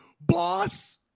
boss